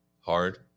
hard